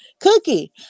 cookie